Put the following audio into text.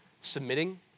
submitting